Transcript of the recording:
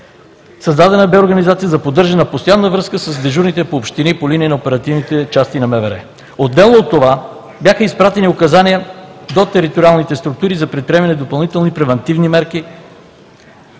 създадена бе организация за поддържане на постоянна връзка с дежурните по общини по линия на оперативните части на МВР. Отделно от това, бяха изпратени указания до териториалните структури за предприемане на допълнителни превантивни мерки